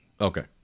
Okay